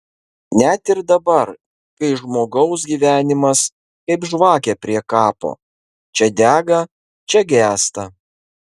net ir dabar kai žmogaus gyvenimas kaip žvakė prie kapo čia dega čia gęsta